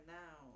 now